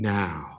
now